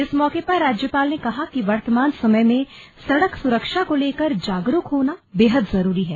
इस मौके पर राज्यपाल ने कहा कि वर्तमान समय में सड़क सुरक्षा को लेकर जागरूक होना बेहद जरूरी है